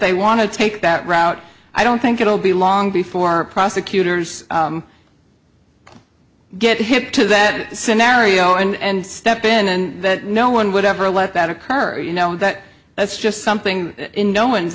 they want to take that route i don't think it will be long before prosecutors get hip to that scenario and step in and that no one would ever let that occur you know that that's just something that in no one's